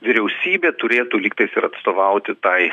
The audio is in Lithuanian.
vyriausybė turėtų lygtais ir atstovauti tai